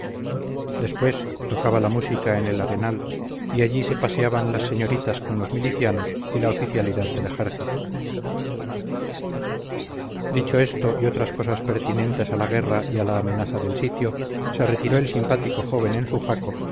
después tocaba la música en el arenal y allí se paseaban las señoritas con los milicianos y la oficialidad del ejército dicho esto y otras cosas pertinentes a la guerra y a la amenaza del sitio se retiró el simpático joven en su jaco